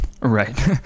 Right